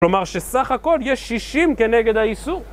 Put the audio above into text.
כלומר שסך הכל יש שישים כנגד האיסור